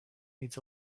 needs